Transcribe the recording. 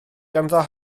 ganddo